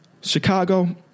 Chicago